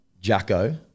jacko